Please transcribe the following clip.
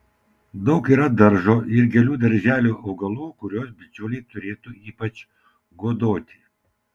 daug yra daržo ir gėlių darželių augalų kuriuos bičiuliai turėtų ypač godoti